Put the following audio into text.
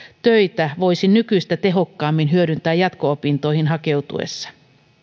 töitä voisi nykyistä tehokkaammin hyödyntää jatko opintoihin hakeutuessa